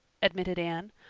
admitted anne.